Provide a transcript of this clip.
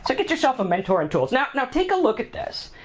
so get yourself a mentor and tools. now, take a look at this,